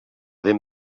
ben